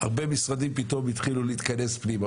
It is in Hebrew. הרבה משרדים פתאום התחילו להתכנס פנימה,